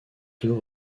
deux